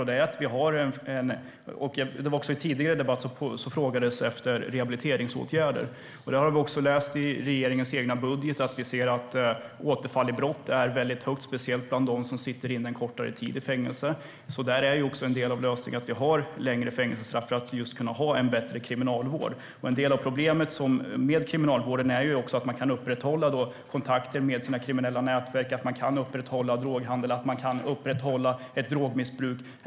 Också i en tidigare debatt efterfrågades rehabiliteringsåtgärder, och vi har läst i regeringens budget att antalet återfall i brott är mycket högt, speciellt bland dem som sitter inne kortare tid i fängelse. En del av lösningen är då att vi ska ha längre fängelsestraff för att kunna bedriva en bättre kriminalvård. Ett problem med dagens kriminalvård är att man kan upprätthålla kontakter med sina kriminella nätverk, upprätthålla droghandel och upprätthålla ett drogmissbruk.